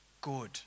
good